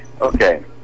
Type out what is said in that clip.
okay